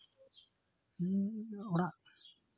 ᱚᱱᱟ